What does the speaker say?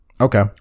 Okay